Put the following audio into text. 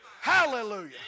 Hallelujah